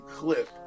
clip